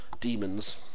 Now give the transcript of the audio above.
demons